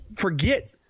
forget